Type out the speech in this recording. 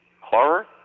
Horror